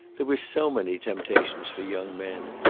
there were so many temptations for young men,